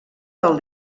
del